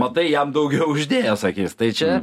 matai jam daugiau uždėjo sakys tai čia